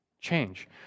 change